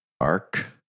arc